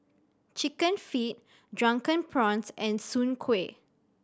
Chicken Feet Drunken Prawns and soon kway